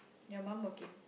your mum working